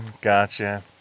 Gotcha